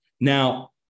Now